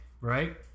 Right